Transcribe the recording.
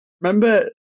remember